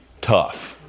tough